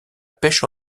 pêche